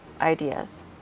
ideas